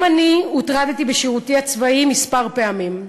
גם אני הוטרדתי בשירותי הצבאי כמה פעמים,